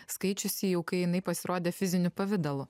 skaičiusi jau kai jinai pasirodė fiziniu pavidalu